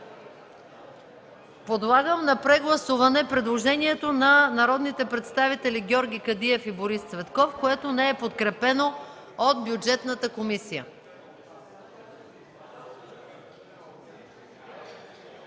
Подлагам на прегласуване предложението от народните представители Георги Кадиев и Борис Цветков, което не е подкрепено от Бюджетната комисия.